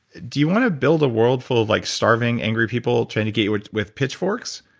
do you want to build a world full of like starving, angry people trying to get you with with pitchforks?